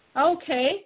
Okay